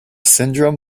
syndrome